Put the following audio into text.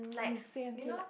but you say until like